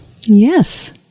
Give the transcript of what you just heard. Yes